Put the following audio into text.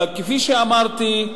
כפי שאמרתי,